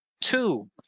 Two